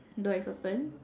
door is open